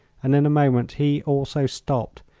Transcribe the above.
and in a moment he also stopped,